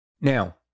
Now